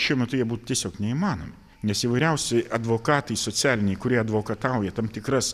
šiuo metu jie būt tiesiog neįmanomi nes įvairiausi advokatai socialiniai kurie advokatauja tam tikras